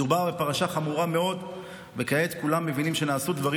מדובר בפרשה חמורה מאוד וכעת כולם מבינים שנעשו דברים